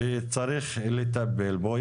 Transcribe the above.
וצריך לטפל בו.